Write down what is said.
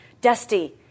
dusty